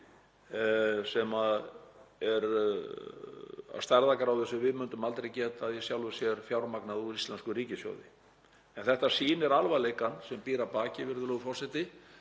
sem er af stærðargráðu sem við myndum aldrei geta fjármagnað úr íslenskum ríkissjóði. En þetta sýnir alvarleikann sem býr að baki, virðulegur forseti,